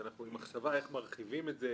שאנחנו עם מחשבה איך מרחיבים את זה,